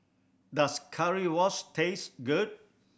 does Currywurst taste good